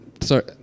Sorry